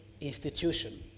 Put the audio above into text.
institution